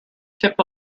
tip